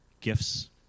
Gifts